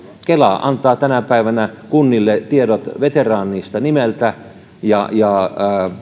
kela antaa tänä päivänä kunnille tiedot veteraanista nimeltä ja ja